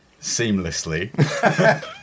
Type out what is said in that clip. seamlessly